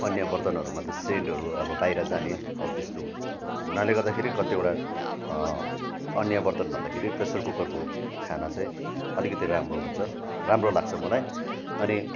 अन्य बर्तनहरूमा त सेन्टहरू अब बाहिर जाने अब त्यस्तो हुनाले गर्दाखेरि कतिवटा अन्य बर्तन भन्दाखेरि प्रेसर कुकरको खाना चाहिँ अलिकति राम्रो हुन्छ राम्रो लाग्छ मलाई अनि